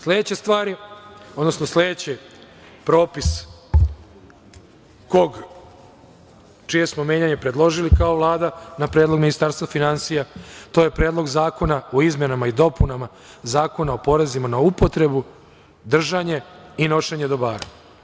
Sledeća stvar je, odnosno sledeći propis čije smo menjanje predložili kao Vlada na predlog Ministarstva finansija, to je Predlog zakona o izmenama i dopunama Zakona o porezima na upotrebu, držanje i nošenje dobara.